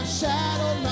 shadow